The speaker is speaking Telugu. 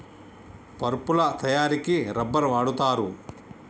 పరుపుల తయారికి రబ్బర్ వాడుతారు